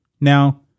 Now